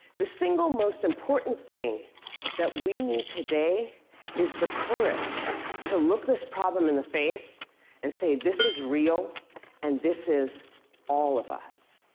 the single most important thing that we need today is the courage to look this problem in the face and say, this is real and this is all of us.